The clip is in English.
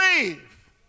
believe